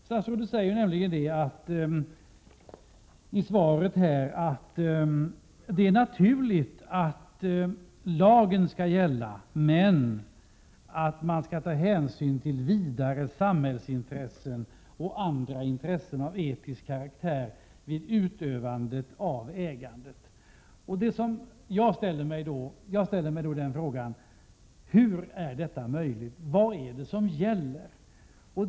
Statsrådet säger nämligen i svaret att det är naturligt att lagen skall gälla, men att man skall ta hänsyn till vidare samhällsintressen och andra intressen av etisk karaktär vid utövandet av äganderätten. Jag ställer mig då frågan hur detta är möjligt. Vad är det som gäller?